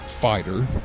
fighter